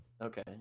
Okay